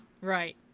Right